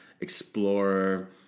explorer